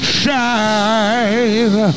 shine